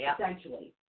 essentially